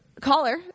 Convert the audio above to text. Caller